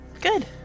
Good